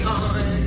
on